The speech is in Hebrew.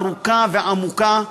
ארוכה ועמוקה.